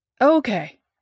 Okay